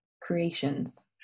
creations